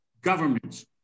governments